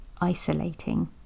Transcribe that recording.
isolating